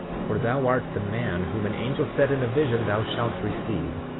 for thou art the man whom an angel said in a vision thou shalt receive.